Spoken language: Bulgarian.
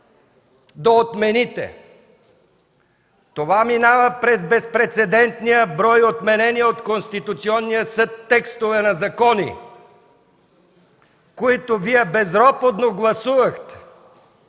да отмените! Това минава през безпрецедентния брой отменени от Конституционния съд текстове на закони, които Вие безропотно гласувахте!